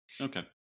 Okay